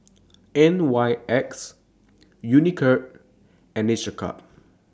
N Y X Unicurd and Each A Cup